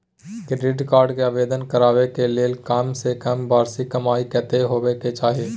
Credit card के आवेदन करबैक के लेल कम से कम वार्षिक कमाई कत्ते होबाक चाही?